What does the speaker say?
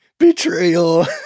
betrayal